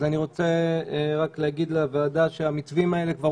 אז אני רוצה רק להגיד לוועדה שהמתווים האלה כבר